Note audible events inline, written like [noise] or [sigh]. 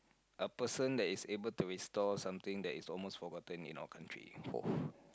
a person that is able to restore something that is almost forgotten in our country [noise]